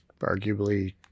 arguably